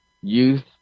youth